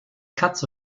katze